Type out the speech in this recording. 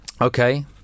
okay